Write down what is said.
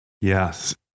yes